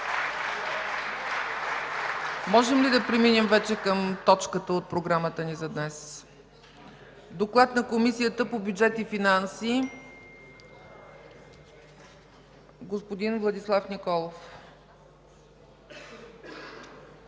Можем ли да преминем вече към точката от програмата ни за днес? Доклад на Комисията по бюджет и финанси – господин Владислав Николов.